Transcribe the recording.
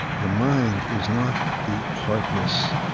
the mind is not the heartless,